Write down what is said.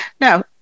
now